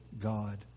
God